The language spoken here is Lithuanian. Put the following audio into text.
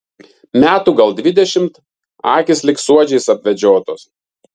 metų gal dvidešimt akys lyg suodžiais apvedžiotos